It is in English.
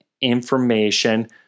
information